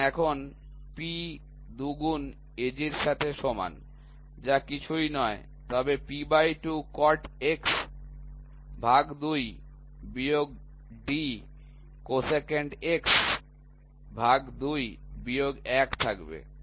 সুতরাং এখন P 2 গুন AG এর সমান যা কিছুই নয় তবে P2cot x ভাগ 2 বিয়োগ d cosecant x ভাগ 2 বিয়োগ 1 থাকবে